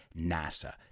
NASA